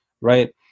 Right